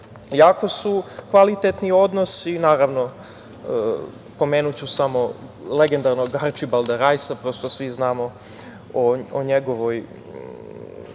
su kvalitetni odnosi. Naravno, pomenuću samo legendarnog Arčibalda Rajsa. Prosto, svi znamo o njegovoj